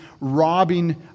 robbing